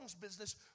business